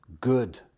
good